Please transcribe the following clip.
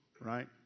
right